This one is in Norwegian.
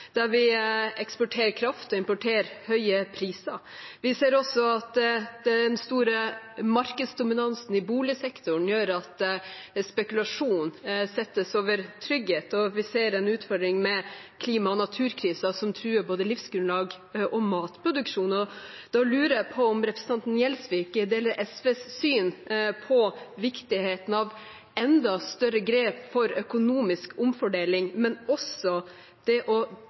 der vi eksporterer kraft og importerer høye priser. Vi ser også at den store markedsdominansen i boligsektoren gjør at spekulasjon settes over trygghet, og vi ser en utfordring med klima- og naturkrisen som truer både livsgrunnlag og matproduksjon. Da lurer jeg på om representanten Gjelsvik deler SVs syn på viktigheten av enda større grep for økonomisk omfordeling og også det å